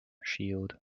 shield